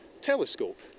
telescope